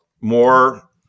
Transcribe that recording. more